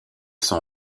son